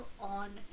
on